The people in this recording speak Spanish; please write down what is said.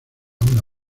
una